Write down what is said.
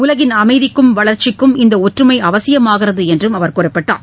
உலகின் அமைதிக்கும் வளர்ச்சிக்கும் இந்த ஒற்றுமை அவசியமாகிறது என்றும் அவர் குறிப்பிட்டார்